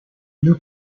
new